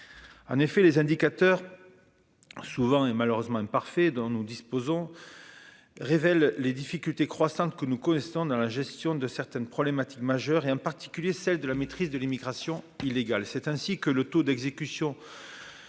en effet, les indicateurs souvent et malheureusement parfait dont nous disposons, révèle les difficultés croissantes que nous connaissons dans la gestion de certaines problématiques majeures, et en particulier celle de la maîtrise de l'immigration illégale, c'est ainsi que le taux d'exécution